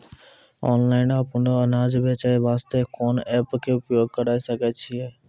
Online अपनो अनाज बेचे वास्ते कोंन एप्प के उपयोग करें सकय छियै?